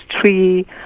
three